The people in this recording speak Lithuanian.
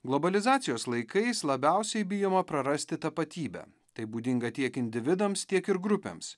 globalizacijos laikais labiausiai bijoma prarasti tapatybę tai būdinga tiek individams tiek ir grupėms